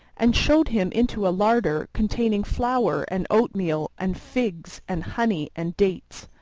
and showed him into a larder containing flour and oatmeal and figs and honey and dates.